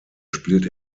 spielt